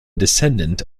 descendant